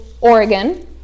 Oregon